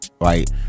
right